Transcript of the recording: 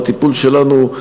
בטיפול שלנו,